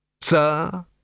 Sir